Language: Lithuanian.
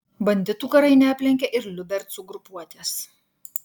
banditų karai neaplenkė ir liubercų grupuotės